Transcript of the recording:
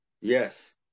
yes